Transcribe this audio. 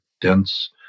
dense